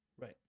Right